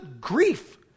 grief